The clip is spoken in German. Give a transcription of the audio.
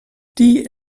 die